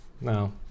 No